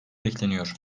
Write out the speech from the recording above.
bekleniyor